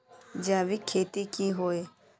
जैविक खेती की होय?